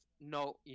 No